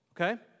Okay